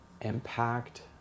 impact